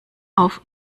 auf